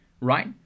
right